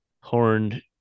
horned